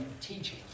teaching